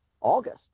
August